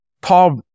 Paul